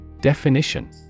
Definition